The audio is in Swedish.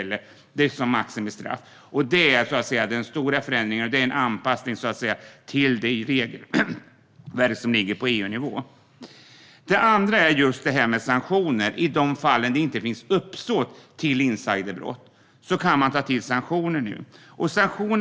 Det är den stora förändringen, och det är en anpassning till det regelverk som finns på EU-nivå. Det andra är just detta med sanktioner. I de fall där det inte finns uppsåt till insiderbrott kan sanktioner nu tas till.